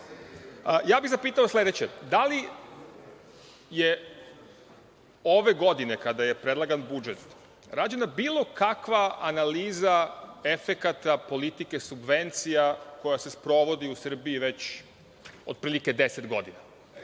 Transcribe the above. bih zapitao sledeće – da li je ove godine, kada je predlagan budžet, rađena bilo kakva analiza efekata politike subvencija koja se sprovodi u Srbiji već otprilike 10 godina? Tako